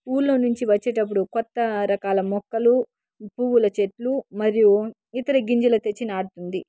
ఊరిలో నుంచి వచ్చేటప్పుడు కొత్త రకాల మొక్కలు పువ్వుల చెట్లు మరియు ఇతర గింజలు తెచ్చి నాటుతుంది